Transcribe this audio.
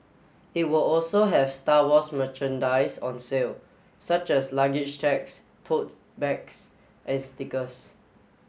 it will also have Star Wars merchandise on sale such as luggage tags tote bags and stickers